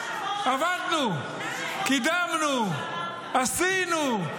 עבדנו, קידמנו, עשינו.